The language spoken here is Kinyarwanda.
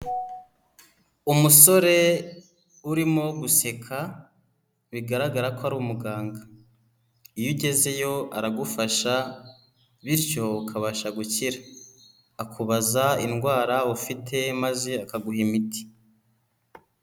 Umusore urimo guseka bigaragara ko ari umuganga, iyo ugezeyo aragufasha bityo ukabasha gukira, akubaza indwara ufite maze akaguha imiti.